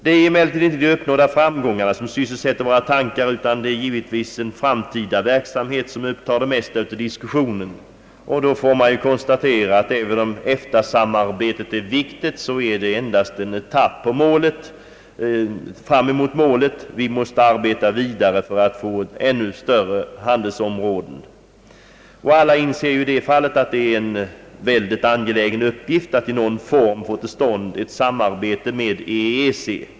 Det är emellertid inte de uppnådda framgångarna som «sysselsätter våra tankar utan det är givetvis den framtida verksamheten som upptar det mesta av diskussionen. Då får man konstatera att EFTA-samarbetet, även om det är viktigt, endast är en etapp på vägen mot målet. Vi måste arbeta vidare för att få ett ännu större handelsområde. Alla inser att det är en utomordentligt angelägen uppgift att i någon form få till stånd ett samarbete med EEC.